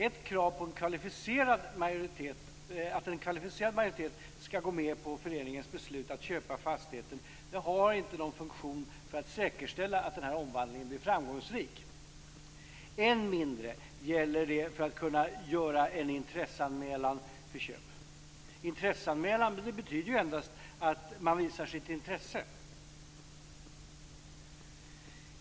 Ett krav på att en kvalificerad majoritet skall gå med på föreningens beslut att köpa fastigheten har inte någon funktion för att säkerställa att omvandlingen blir framgångsrik. Än mindre gäller det för att kunna göra en intresseanmälan för köp. Intresseanmälan betyder ju endast att man visar sitt intresse.